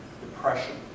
depression